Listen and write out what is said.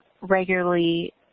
regularly